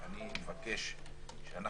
אני מבקש,